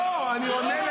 לא הייתי מעלה,